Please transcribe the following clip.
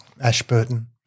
Ashburton